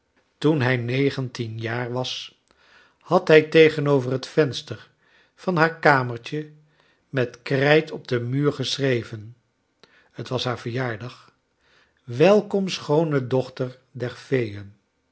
toen hij negentien jaar was had hij tegenover het venster van haar kamertje met krijt op den muur geschreven t was haar ver jaar dag welkom schoone dochter der feeen